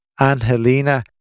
Angelina